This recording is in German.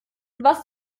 was